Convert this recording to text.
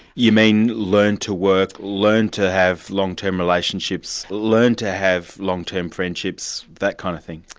you mean learn to work, learn to have long-term relationships, learn to have long-term friendships, that kind of thing?